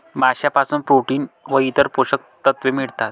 माशांपासून प्रोटीन व इतर पोषक तत्वे मिळतात